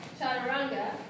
Chaturanga